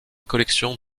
collection